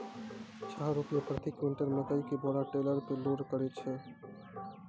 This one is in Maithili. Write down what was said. छह रु प्रति क्विंटल मकई के बोरा टेलर पे लोड करे छैय?